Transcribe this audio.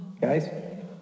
Guys